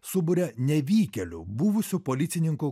suburia nevykėlių buvusių policininkų